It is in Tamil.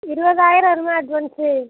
இருபதாயிரம் வரும்ங்க அட்வான்ஸு